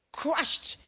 crushed